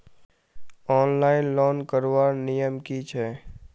Online loan करवार नियम की छे?